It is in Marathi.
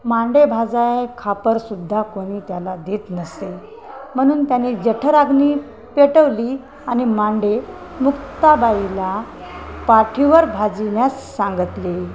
मांडेभाजाय खापरसुद्धा कोनी त्याला देत नसे म्हनून त्यानी जठरगनी पेटवली आनि मांडे मुक्ताबाईला पाठीवर भाजिन्यास सांगतले